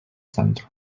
центру